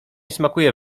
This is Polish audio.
smakuje